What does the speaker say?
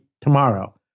tomorrow